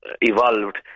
evolved